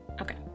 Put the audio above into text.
Okay